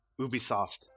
Ubisoft